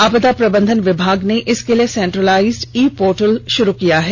आपदा प्रबंधन विभाग ने इसके लिए सेंट्रलाइज्ड़ ई पोर्टल शुरू किया है